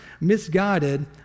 misguided